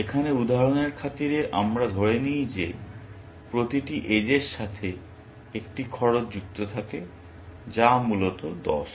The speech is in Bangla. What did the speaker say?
এখানে উদাহরণের খাতিরে আমরা ধরে নিই যে প্রতিটি এজের সাথে একটি খরচ যুক্ত থাকে যা মূলত 10